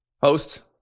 Host